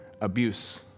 abuse